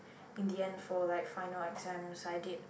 in the end for like final exams I did